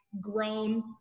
grown